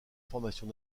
formation